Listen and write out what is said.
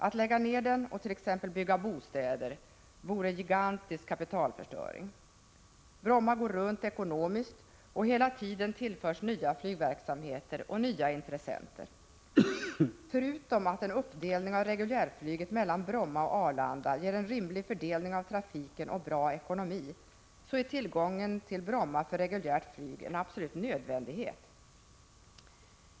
Att lägga ned den och t.ex. bygga bostäder vore en gigantisk kapitalförstöring. Bromma går runt ekonomiskt, och hela tiden tillförs nya flygverksamheter och nya intressenter. Förutom att en uppdelning av reguljärflyget mellan Bromma och Arlanda ger en rimlig fördelning av trafiken och en bra ekonomi, är tillgången till Bromma för reguljärt flyg en absolut nödvändighet.